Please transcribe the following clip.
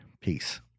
Peace